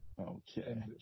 Okay